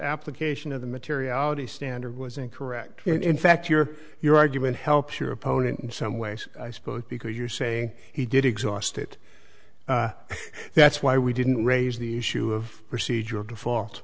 application of the materiality standard was incorrect in fact here your argument helps your opponent in some ways i suppose because you're saying he did exhaust it that's why we didn't raise the issue of procedur